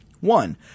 One